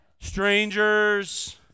Strangers